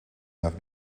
have